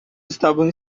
estavam